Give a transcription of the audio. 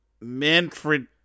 manfred